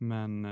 Men